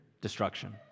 Destruction